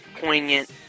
poignant